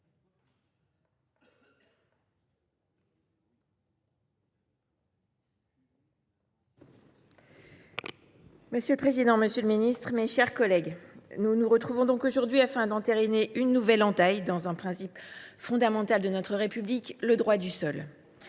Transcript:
Monsieur le président, monsieur le ministre, mes chers collègues, nous nous apprêtons à entériner une nouvelle entaille dans un principe fondamental de notre République : le droit du sol.